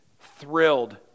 thrilled